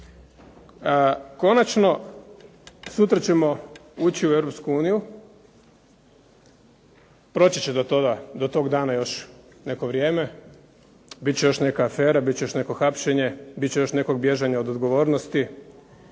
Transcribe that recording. Konačno sutra ćemo ući u Europsku uniju, proći će do tog dana još neko vrijeme, bit će još neka afera, bit će još neko hapšenje, bit će još nekog bježanja od odgovornosti,